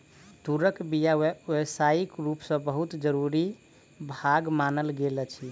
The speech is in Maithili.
तूरक बीया व्यावसायिक रूप सॅ बहुत जरूरी भाग मानल गेल अछि